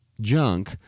junk